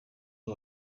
aho